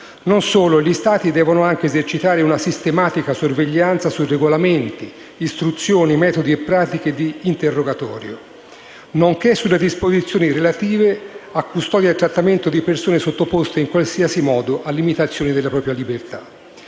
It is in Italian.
Non solo, gli Stati devono anche esercitare una sistematica sorveglianza su regolamenti, istruzioni, metodi e pratiche di interrogatorio, nonché sulle disposizioni relative a custodia e trattamento di persone sottoposte in qualsiasi modo a limitazioni della propria libertà.